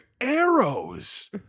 arrows